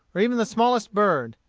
or even the smallest bird.